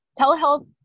Telehealth